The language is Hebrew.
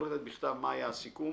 מפורטת בכתב מה היה הסיכום,